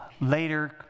Later